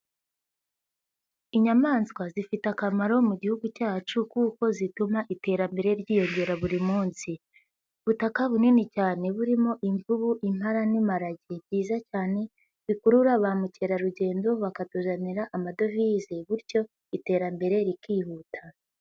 Inyamaswa zifite akamaro mu gihugu cyacu kuko zituma iterambere ryiyongera buri munsi. Ubutaka bunini cyane burimo imvubu, impala, n'imparage byiza cyane bikurura ba mukerarugendo bakatuzanira amadovize bityo iterambere rikihuta.